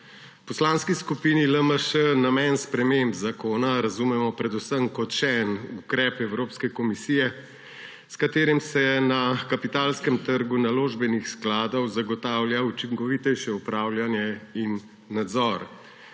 Poslanski skupini LMŠ namen sprememb zakona razumemo predvsem kot še en ukrep Evropske komisije, s katerim se na kapitalskem trgu naložbenih skladov zagotavlja učinkovitejše upravljanje in nadzor.